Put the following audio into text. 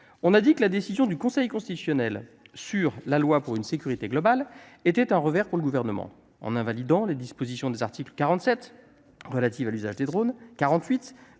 On a dit de la décision du Conseil constitutionnel sur la loi pour une sécurité globale qu'elle était un revers pour le Gouvernement. En invalidant les dispositions de l'article 47, relatif à l'usage des drones, de